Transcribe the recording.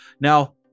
Now